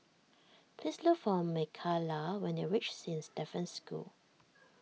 please look for Micayla when you reach Saint Stephen's School